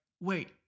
wait